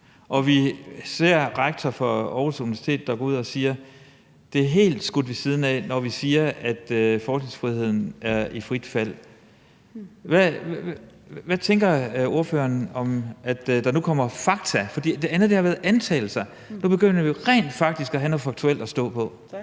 og vi ser en rektor for Aarhus Universitet, der går ud og siger, at det er helt skudt ved siden af, når vi siger, at forskningsfriheden er i frit fald. Hvad tænker ordføreren om, at der nu kommer fakta – for det andet har været antagelser – og at vi nu rent faktisk begynder at have noget faktuelt at stå på? Kl.